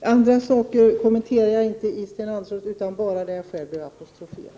Jag kommenterar inte något annat i Sten Anderssons anförande utan bara det där jag själv har blivit apostroferad.